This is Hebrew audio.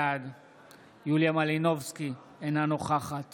בעד יוליה מלינובסקי, אינה נוכחת